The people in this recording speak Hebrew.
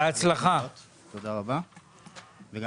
בהצלחה גם לטלי.